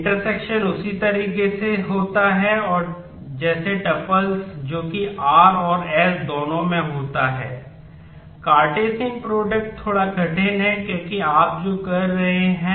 intersection जो कि r और s दोनों में होता हैं